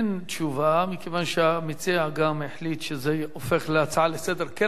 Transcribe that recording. אין תשובה מכיוון שהמציע גם החליט שזה הופך להצעה לסדר-היום.